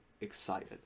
excited